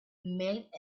made